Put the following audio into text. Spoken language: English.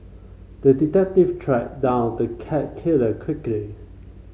the detective tracked down the cat killer quickly